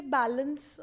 balance